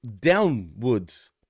downwards